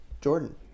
Jordan